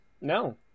No